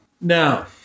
Now